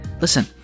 Listen